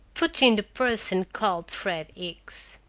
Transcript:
put in the person called fred hicks,